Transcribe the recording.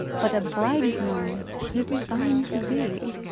but a bridegroom he designed to be.